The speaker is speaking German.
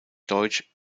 deutsch